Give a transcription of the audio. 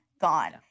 gone